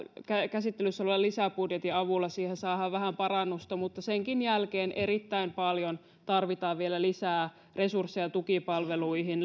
käsittelyssä olevan lisäbudjetin avulla siihen saadaan vähän parannusta mutta senkin jälkeen erittäin paljon tarvitaan vielä lisää resursseja tukipalveluihin